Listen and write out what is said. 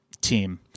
team